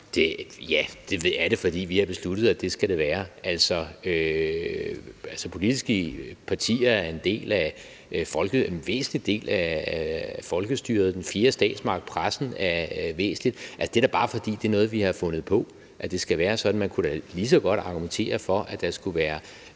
Ja, det er det, fordi vi har besluttet, at det skal det være. Politiske partier er en væsentlig del af folkestyret, den fjerde statsmagt, altså pressen, er væsentlig. Det er da bare, fordi det er noget, vi har fundet på, altså at det skal være sådan. Man kunne da lige så godt argumentere for, at der skulle være